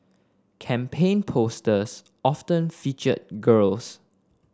campaign posters often featured girls